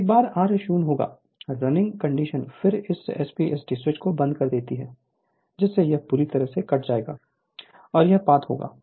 जब एक बार r 0 होगा रनिंग कंडीशन फिर इस एसपी एसटी स्विच को बंद कर देती है जिससे यह पूरी तरह से कट जाएगा और यह पाथ होगा